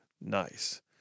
Nice